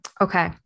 Okay